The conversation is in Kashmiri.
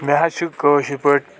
مےٚ حظ چھ کأشِر پأٹھۍ